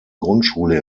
grundschule